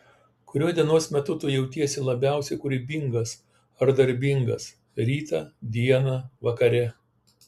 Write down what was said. kuriuo dienos metu tu jautiesi labiausiai kūrybingas ar darbingas rytą dieną vakare